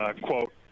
Quote